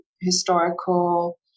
historical